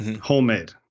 homemade